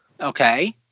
Okay